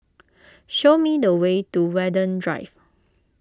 show me the way to Watten Drive